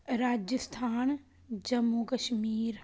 Rajasthan Jammu Kashmir